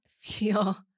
feel